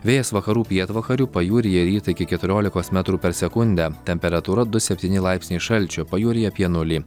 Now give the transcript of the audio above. vėjas vakarų pietvakarių pajūryje rytą iki keturiolikos metrų per sekundę temperatūra du septyni laipsniai šalčio pajūryje apie nulį